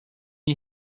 you